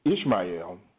Ishmael